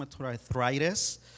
arthritis